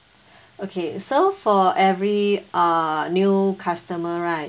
okay so for every uh new customer right